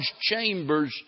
chambers